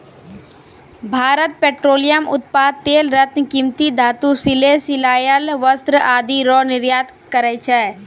Bharat petroleum उत्पाद तेल रत्न कीमती धातु सिले सिलायल वस्त्र आदि रो निर्यात करै छै